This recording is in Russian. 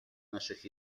наших